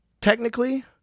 technically